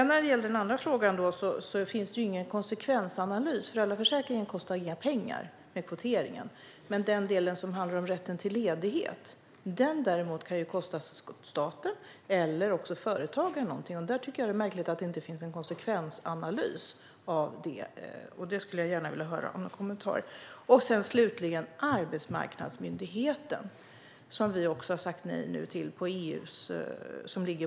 När det gäller den andra frågan finns det ingen konsekvensanalys. Kvoteringen av föräldraförsäkringen kostar inga pengar. Men den del som handlar om rätten till ledighet kan däremot kosta för staten eller företagen. Jag tycker att det är märkligt att det inte finns någon konsekvensanalys av detta, och jag skulle gärna vilja höra en kommentar till det. Slutligen gäller det den arbetsmarknadsmyndighet som ligger på EU:s bord och som vi har sagt nej till.